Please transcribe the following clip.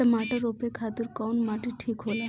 टमाटर रोपे खातीर कउन माटी ठीक होला?